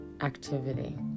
activity